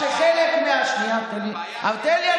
שנייה, תן לי.